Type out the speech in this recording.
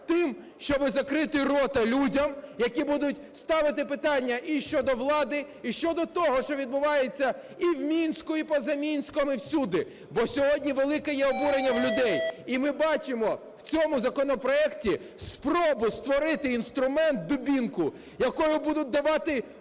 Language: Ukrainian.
тим, щоб закрити рота людям, які будуть ставити питання і щодо влади, і щодо того, що відбувається і в Мінську, і поза Мінськом, і всюди, бо сьогодні велике є обурення в людей. І ми бачимо в цьому законопроекті спробу створити інструмент - дубинку, якою будуть давати